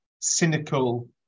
cynical